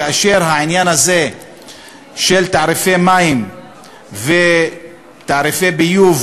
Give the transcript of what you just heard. כאשר העניין הזה של תעריפי מים ותעריפי ביוב